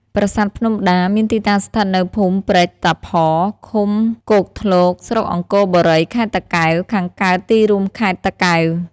ប្រាសាទភ្នំដា មានទីតាំងស្ថិតនៅភូមិព្រែកតាផ ឃុំគោកធ្លក ស្រុកអង្គរបូរី ខេត្តតាកែវ ខាងកើតទីរួមខេត្តតាកែវ។